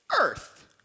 earth